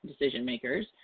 decision-makers